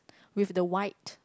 with the white